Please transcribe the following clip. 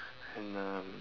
and um